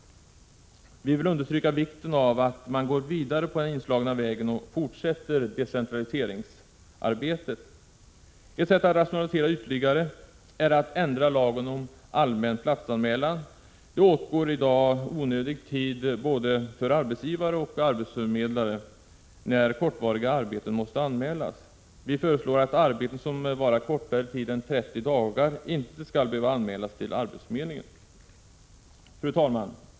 Vi vill understryka vikten av att man går vidare på den | inslagna vägen och fortsätter decentraliseringsarbetet. Ett sätt att ytterligare | rationalisera är att ändra lagbestämmelserna om allmän platsanmälan. I dag | åtgår onödig tid både för arbetsgivare och arbetsförmedlare när kortvariga ; arbeten måste anmälas. Vi föreslår att arbete som varar kortare tid än 30 dagar inte skall behöva anmälas till arbetsförmedlingen. Fru talman!